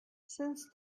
since